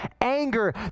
anger